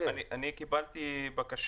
אנחנו מסכימים, הייתה פה תקלה